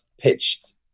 pitched